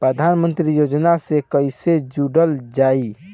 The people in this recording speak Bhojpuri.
प्रधानमंत्री योजना से कैसे जुड़ल जाइ?